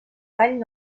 gall